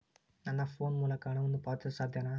ನನ್ನ ಫೋನ್ ಮೂಲಕ ಹಣವನ್ನು ಪಾವತಿಸಲು ಸಾಧ್ಯನಾ?